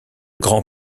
grands